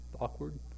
awkward